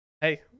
Hey